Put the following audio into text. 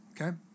okay